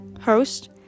host